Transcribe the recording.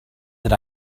that